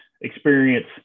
experience